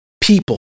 people